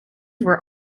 were